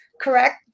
Correct